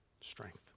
strength